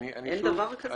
אין דבר כזה?